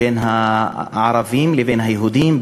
בין הערבים לבין היהודים,